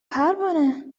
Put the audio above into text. پروانه